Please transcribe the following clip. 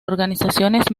organizaciones